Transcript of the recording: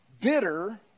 bitter